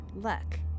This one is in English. Luck